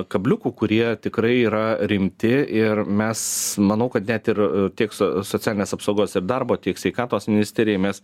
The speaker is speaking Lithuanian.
kabliukų kurie tikrai yra rimti ir mes manau kad net ir tiek socialinės apsaugos ir darbo tiek sveikatos ministerijoj mes